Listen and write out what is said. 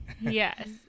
Yes